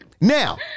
now